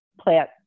plant